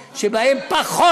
כאן,